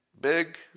big